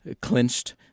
clinched